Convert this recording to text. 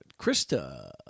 Krista